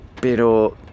pero